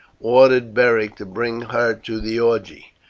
ordered beric to bring her to the orgy.